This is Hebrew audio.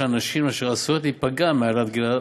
יש נשים אשר עשויות להיפגע מהעלאת הגיל,